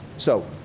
so,